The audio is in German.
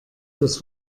das